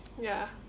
ya